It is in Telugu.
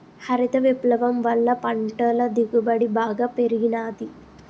హరిత విప్లవం వల్ల పంటల దిగుబడి బాగా పెరిగినాది